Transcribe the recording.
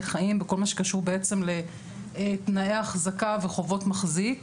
חיים בכל מה שקשור בעצם לתנאי החזקה וחובות מחזיק.